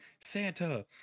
Santa